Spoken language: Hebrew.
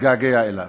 מתגעגע אליו.